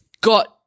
got